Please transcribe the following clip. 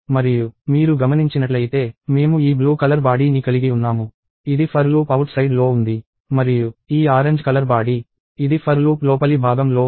మరియు మీరు గమనించినట్లయితే మేము ఈ బ్లూ కలర్ బాడీ ని కలిగి ఉన్నాము ఇది for లూప్ అవుట్ సైడ్ లో ఉంది మరియు ఈ ఆరెంజ్ కలర్ బాడీ ఇది for లూప్ లోపలి భాగం లో ఉంది